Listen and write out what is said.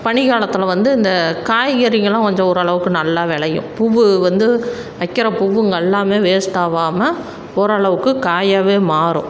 பனி காலத்தில் வந்து இந்த காய்கறிகளும் கொஞ்சம் ஓரளவுக்கு நல்லா விளையும் பூ வந்து வைக்கிற பூவுங்கள் எல்லாமே வேஸ்ட் ஆகாம ஓரளவுக்கு காயாகவே மாறும்